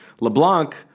LeBlanc